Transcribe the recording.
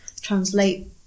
translate